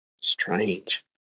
Strange